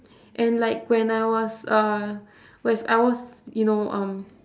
and like when I was uh when I was you know um